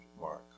Mark